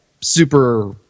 super